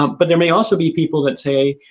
um but, there may also be people that say,